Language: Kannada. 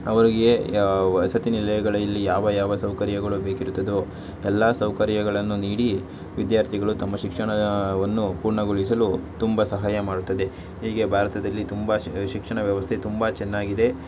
ಅವರಿಗೆ ಯಾವ ವಸತಿ ನಿಲಯಗಳಲ್ಲಿ ಯಾವ ಯಾವ ಸೌಕರ್ಯಗಳು ಬೇಕಿರುತ್ತದೊ ಎಲ್ಲ ಸೌಕರ್ಯಗಳನ್ನು ನೀಡಿ ವಿದ್ಯಾರ್ಥಿಗಳು ತಮ್ಮ ಶಿಕ್ಷಣವನ್ನು ಪೂರ್ಣಗೊಳಿಸಲು ತುಂಬ ಸಹಾಯ ಮಾಡುತ್ತದೆ ಹೀಗೆ ಭಾರತದಲ್ಲಿ ತುಂಬ ಶಿಕ್ಷಣ ವ್ಯವಸ್ಥೆ ತುಂಬ ಚೆನ್ನಾಗಿದೆ